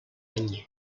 any